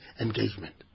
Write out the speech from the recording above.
engagement